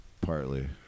partly